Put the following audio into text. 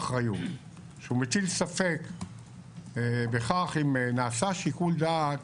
מטיל ספק בכך אם נעשה שיקול דעת